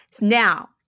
now